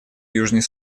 южный